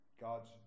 God's